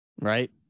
Right